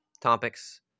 topics